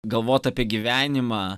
galvot apie gyvenimą